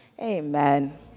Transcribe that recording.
Amen